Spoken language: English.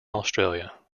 australia